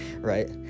right